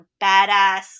badass